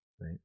right